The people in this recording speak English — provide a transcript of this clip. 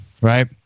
right